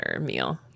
meal